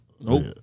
Nope